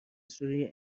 سوری